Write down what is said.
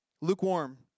Lukewarm